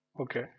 okay